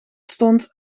stond